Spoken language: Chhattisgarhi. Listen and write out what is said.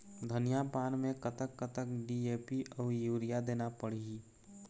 धनिया पान मे कतक कतक डी.ए.पी अऊ यूरिया देना पड़ही?